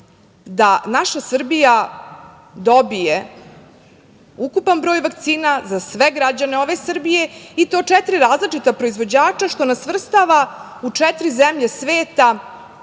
da naša Srbija dobije ukupan broj vakcina za sve građane ove Srbije i to četiri različita proizvođača što nas svrstava u četiri zemlje sveta